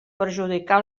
perjudicar